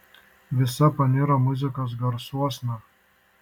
visa paniro muzikos garsuosna